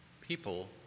people